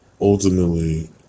ultimately